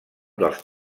dels